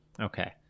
Okay